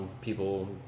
people